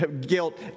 guilt